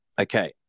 okay